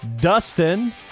Dustin